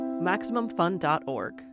Maximumfun.org